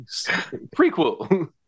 prequel